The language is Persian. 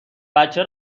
بچه